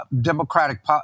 Democratic